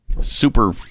super